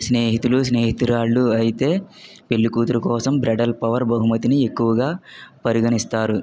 స్నేహితులు స్నేహితురాళ్ళు అయితే పెళ్ళికూతురు కోసం బ్రైడల్ పవర్ బహుమతిని ఎక్కువగా పరిగణిస్తారు